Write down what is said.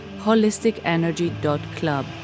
holisticenergy.club